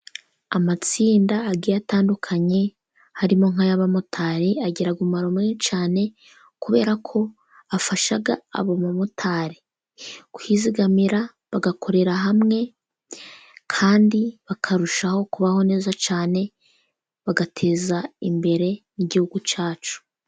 Amatsinda agiye atandukanye, harimo nkay'abamotari agiragamaro cyane, kubera ko afasha abo bamotari kwizigamira bagakorera hamwe kandi bakarushaho kubaho neza cyane, bagateza imbere n'igihugu cyacu.